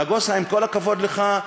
נגוסה, עם כל הכבוד לך,